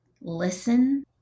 listen